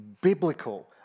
biblical